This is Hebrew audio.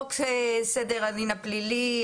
חוק סדר הדין הפלילי,